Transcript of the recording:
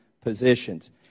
positions